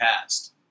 past